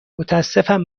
متاسفم